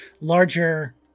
larger